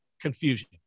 confusion